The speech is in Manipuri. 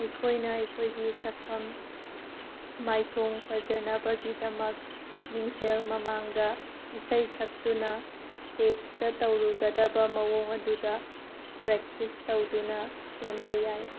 ꯑꯩꯈꯣꯏꯅ ꯑꯩꯈꯣꯏꯒꯤ ꯁꯛꯐꯝ ꯃꯥꯏꯊꯣꯡ ꯐꯖꯅꯕꯒꯤꯗꯃꯛ ꯃꯤꯡꯁꯦꯜ ꯃꯃꯥꯡꯗ ꯏꯁꯩ ꯁꯛꯇꯨꯅ ꯁ꯭ꯇꯦꯁꯇ ꯇꯧꯔꯨꯒꯗꯕ ꯃꯑꯣꯡ ꯑꯗꯨꯗ ꯄ꯭ꯔꯦꯛꯇꯤꯁ ꯇꯧꯗꯨꯅ ꯁꯦꯝꯕ ꯌꯥꯏ